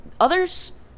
others